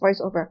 voiceover